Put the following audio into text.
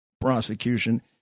prosecution